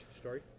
story